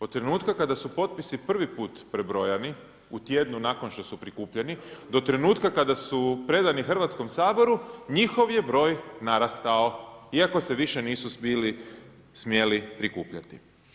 Od trenutka kada su potpisi prvi put prebrojani u tjednu nakon što su prikupljeni do trenutka kada su predani Hrvatskom saboru njihov je broj narastao iako se više nisu bili smjeli prikupljati.